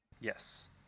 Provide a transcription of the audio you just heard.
Yes